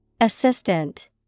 Assistant